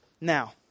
Now